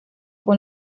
con